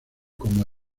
como